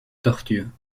tortures